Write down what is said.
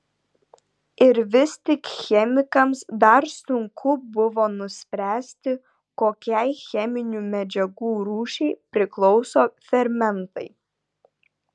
ir vis tik chemikams dar sunku buvo nuspręsti kokiai cheminių medžiagų rūšiai priklauso fermentai